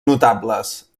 notables